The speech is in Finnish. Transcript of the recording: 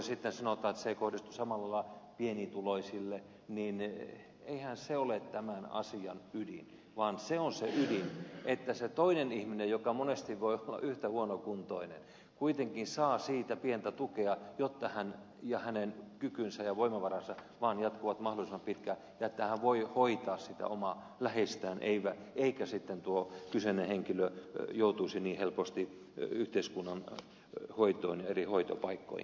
kun sanotaan että se ei kohdistu samalla lailla pienituloisiin niin eihän se ole tämän asian ydin vaan se on se ydin että se toinen ihminen joka monesti voi olla yhtä huonokuntoinen kuitenkin saa siitä pientä tukea jotta hänen kykynsä ja voimavaransa vaan jatkuvat mahdollisimman pitkään ja että hän voi hoitaa sitä omaa läheistään eikä sitten tuo kyseinen henkilö joutuisi niin helposti yhteiskunnan hoitoon ja eri hoitopaikkoihin